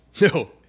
No